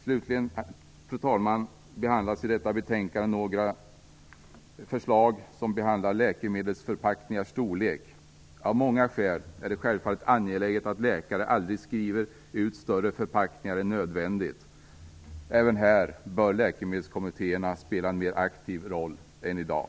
Slutligen, fru talman, behandlas i detta betänkande några förslag om läkemedelsförpackningars storlek. Av många skäl är det självfallet angeläget att läkare aldrig skriver ut större förpackningar än nödvändigt. Även här bör läkemedelskommittéerna spela en mer aktiv roll än i dag.